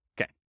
Okay